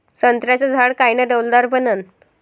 संत्र्याचं झाड कायनं डौलदार बनन?